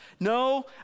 No